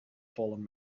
fallen